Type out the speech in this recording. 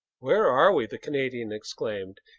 where are we? the canadian exclaimed.